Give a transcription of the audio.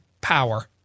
power